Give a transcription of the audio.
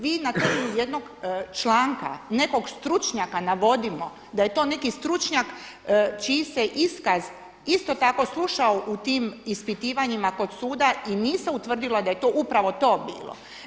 Vi na temelju jedno članka, nekog stručnjaka navodimo, da je to neki stručnjak čiji se iskaz isto tako slušao u tim ispitivanjima kod suda i nije se utvrdilo da je to upravo to bilo.